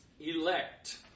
Elect